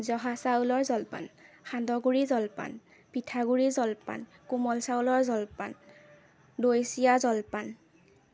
জহা চাউলৰ জলপান সান্দহগুড়িৰ জলপান পিঠাগুড়িৰ জলপান কোমল চাউলৰ জলপান দৈ চিৰা জলপান